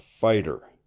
fighter